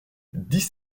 dix